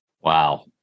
Wow